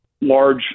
large